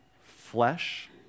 flesh